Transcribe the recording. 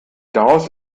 daraus